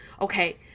okay